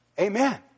Amen